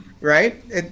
right